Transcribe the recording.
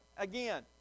Again